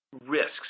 risks